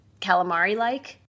calamari-like